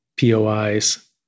POIs